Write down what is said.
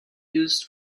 used